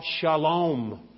Shalom